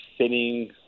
sitting